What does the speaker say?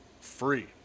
free